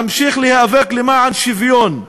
אמשיך להיאבק למען שוויון,